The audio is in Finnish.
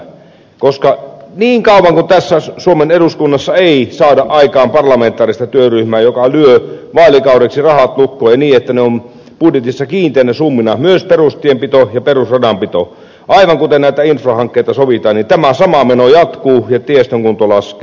koska niin kauan kuin tässä suomen eduskunnassa ei saada aikaan parlamentaarista työryhmää joka lyö vaalikaudeksi rahat lukkoon ja niin että ne ovat budjetissa kiinteinä summina myös perustienpito ja perusradanpito aivan kuten näitä infrahankkeita sovitaan niin tämä sama meno jatkuu ja tiestön kunto laskee